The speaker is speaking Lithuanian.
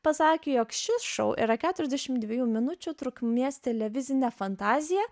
pasakė jog šis šou yra keturiasdešimt dviejų minučių trukmės televizinė fantazija